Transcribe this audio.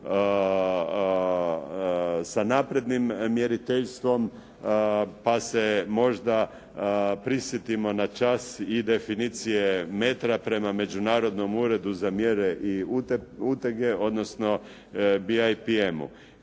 sa naprednim mjeriteljstvom, pa se možda prisjetimo na čas i definicije metra prema Međunarodnom uredu za mjere i utege, odnosno BIPM-u,